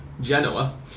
Genoa